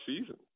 season